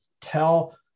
tell